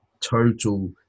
total